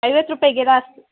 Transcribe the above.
ಐವತ್ತು ರೂಪಾಯಿಗೆ ಜಾಸ್ತಿ